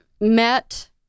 met